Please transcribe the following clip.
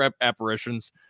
apparitions